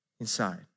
inside